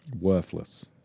worthless